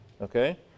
okay